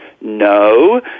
no